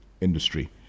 industry